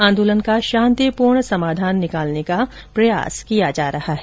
आंदोलन का शांतिपूर्ण समाधान निकालने का प्रयास किया जा रहा है